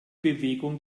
bewegung